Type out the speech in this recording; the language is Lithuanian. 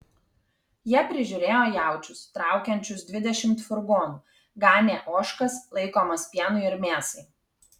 jie prižiūrėjo jaučius traukiančius dvidešimt furgonų ganė ožkas laikomas pienui ir mėsai